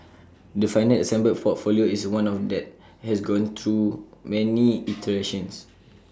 the final assembled portfolio is one that has gone through many iterations